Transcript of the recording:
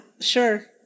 sure